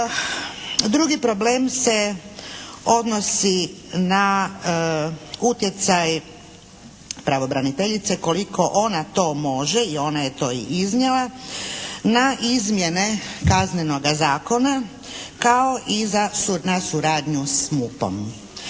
Drugi problem se odnosi na utjecaj pravobraniteljice koliko ona to može i ona je do i iznijela, na izmjene Kaznenoga zakona kao i na suradnju s MUP-om.